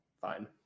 fine